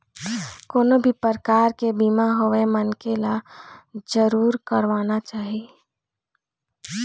कोनो भी परकार के बीमा होवय मनखे ल जरुर करवाना चाही